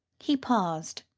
he paused,